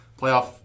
playoff